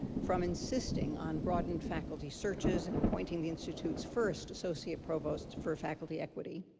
from insisting on broadened faculty searches and appointing the institute's first associate provost for faculty equity,